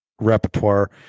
repertoire